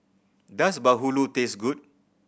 does bahulu taste good